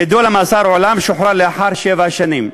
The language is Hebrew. נידון למאסר עולם, שוחרר לאחר שבע שנים.